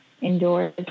indoors